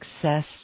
success